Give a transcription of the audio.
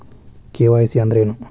KYC ಅಂದ್ರೇನು?